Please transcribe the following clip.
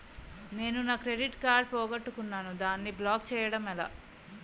నేను నా credit card పోగొట్టుకున్నాను దానిని బ్లాక్ చేయడం ఎలా?